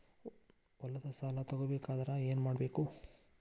ಹೊಲದ ಸಾಲ ತಗೋಬೇಕಾದ್ರೆ ಏನ್ಮಾಡಬೇಕು?